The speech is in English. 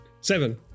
Seven